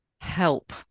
help